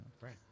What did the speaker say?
Right